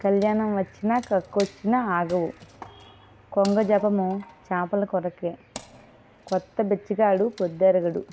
కళ్యాణం వచ్చినా కక్కు వచ్చిన ఆగవు కొంగ జపము చేపల కొరకే కొత్త బిచ్చగాడు పొద్దు ఎరగడు